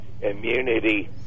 immunity